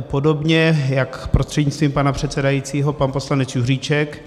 Podobně jako prostřednictvím pana předsedajícího pan poslanec Juříček